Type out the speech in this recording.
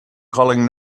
calling